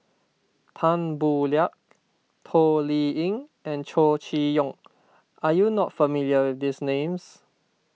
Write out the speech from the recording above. Tan Boo Liat Toh Liying and Chow Chee Yong are you not familiar with these names